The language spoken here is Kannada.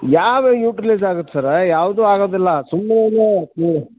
ಯಾವ ಯುಟಿಲೈಝ್ ಆಗತ್ತೆ ಸರ ಯಾವುದು ಆಗೊದಿಲ್ಲ ಸುಮ್ನೆ